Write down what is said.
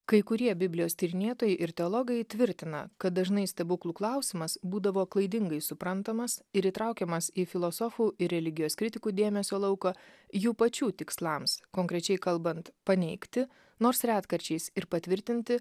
kai kurie biblijos tyrinėtojai ir teologai tvirtina kad dažnai stebuklų klausimas būdavo klaidingai suprantamas ir įtraukiamas į filosofų ir religijos kritikų dėmesio lauko jų pačių tikslams konkrečiai kalbant paneigti nors retkarčiais ir patvirtinti